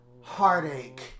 heartache